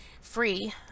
free